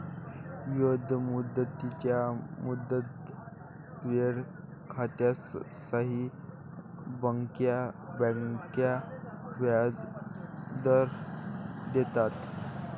विविध मुदतींच्या मुदत ठेव खात्यांसाठी बँका व्याजदर देतात